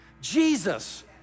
Jesus